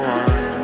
one